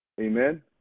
Amen